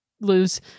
lose